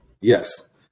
Yes